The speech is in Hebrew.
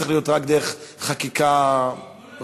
צריך להיות רק דרך חקיקה ראשית?